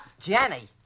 Jenny